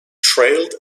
trailed